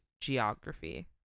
geography